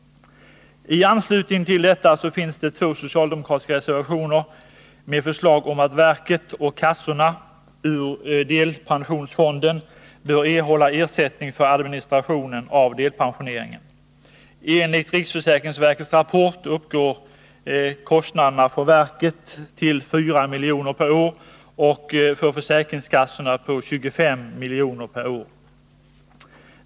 I anslutning till detta finns det två socialdemokratiska reservationer med förslag om att verket och kassorna ur delpensionsfonden skall erhålla ersättning för administrationen av delpensioneringen. Enligt riksförsäkringsverkets rapport uppgår kostnaderna för verket till 4 milj.kr. per år och för försäkringskassorna till 25 milj.kr. per år.